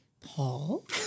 Paul